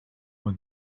when